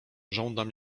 żądam